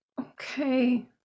Okay